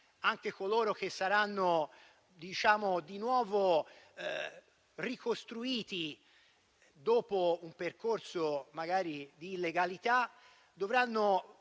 anche coloro che saranno di nuovo "ricostruiti", dopo un percorso magari di illegalità, dovranno